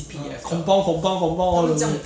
uh compound compound compound all the way